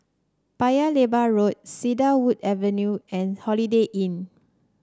Paya Lebar Road Cedarwood Avenue and Holiday Inn